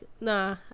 nah